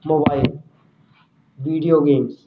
mobile video games